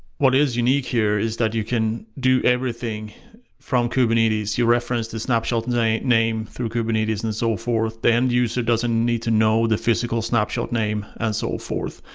what is unique here is that you can do everything from kubernetes, you reference the snapshot name name through kubernetes and so forth, the end-user doesn't need to know the physical snapshot name and so forth.